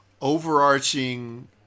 overarching